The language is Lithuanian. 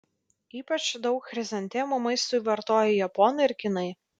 ypač daug chrizantemų maistui vartoja japonai ir kinai